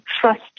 trust